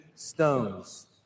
stones